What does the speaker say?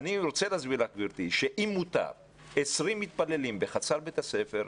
אני רוצה להסביר לך גברתי שאם מותר 20 מתפללים בחצר בית הספר,